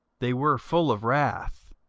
they were full of wrath,